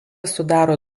sudaro